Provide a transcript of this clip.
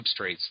substrates